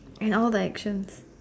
and all the actions